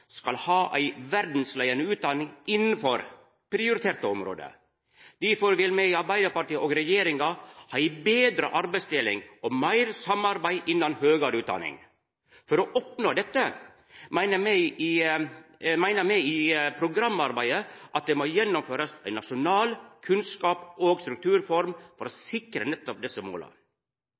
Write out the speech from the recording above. skal ha ei verdsleiande utdanning innanfor prioriterte område. Difor vil me i Arbeidarpartiet og regjeringa ha ei betre arbeidsdeling og meir samarbeid innan høgare utdanning. For å oppnå dette meiner me at det i programarbeidet må gjennomførast ei nasjonal kunnskaps- og strukturreform for å sikra nettopp desse måla.